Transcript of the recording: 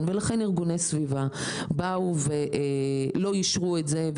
ולכן אותם ארגוני סביבה באו ולא אישרו את זה,